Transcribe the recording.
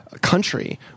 country